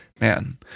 Man